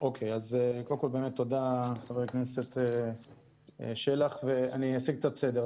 קודם כל, תודה, חבר הכנסת שלח, ואני אעשה קצת סדר.